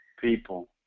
people